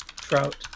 Trout